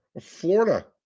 Florida